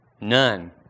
None